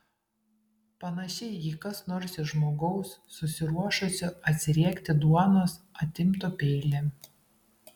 panašiai jei kas nors iš žmogaus susiruošusio atsiriekti duonos atimtų peilį